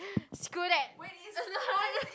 screw that